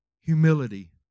Humility